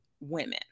women